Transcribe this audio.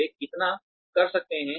वे कितना कर सकते हैं